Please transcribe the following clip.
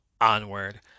onward